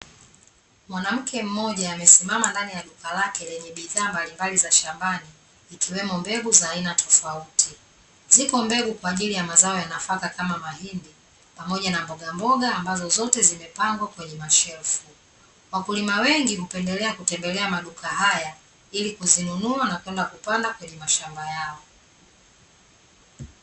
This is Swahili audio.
Mwanamke mmoja amesimama ndani ya duka lake lenye bidhaa mbalimbali za shambani ikiwemo mbegu za aina tofauti. Ziko mbegu kwa ajili ya mazao ya nafaka kama mahindi, pamoja na mbogamboga ambazo zote zimepangwa kwenye mashelfu. Wakulima wengi hupendelea kutembelea maduka haya, ili kuzinunua na kwenda kupanda kwenye mashamba yao.